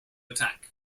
attack